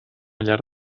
llar